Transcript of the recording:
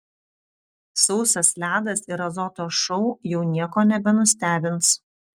sausas ledas ir azoto šou jau nieko nebenustebins